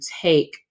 take